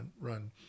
run